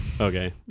Okay